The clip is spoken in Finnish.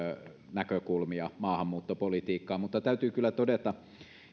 näkökulmia maahanmuuttopolitiikkaan mutta täytyy kyllä todeta